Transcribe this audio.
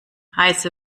heiße